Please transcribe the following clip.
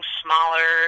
smaller